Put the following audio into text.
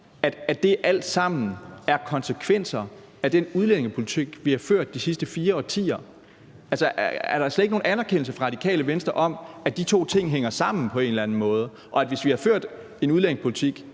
alt sammen er konsekvenser af den udlændingepolitik, vi har ført de sidste fire årtier? Altså, er der slet ikke nogen anerkendelse fra Radikale Venstre af, at de to ting hænger sammen på en eller anden måde, og at hvis vi havde ført en anden udlændingepolitik,